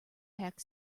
pack